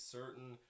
certain